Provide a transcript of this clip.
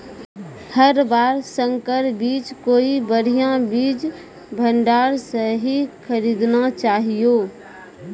हर बार संकर बीज कोई बढ़िया बीज भंडार स हीं खरीदना चाहियो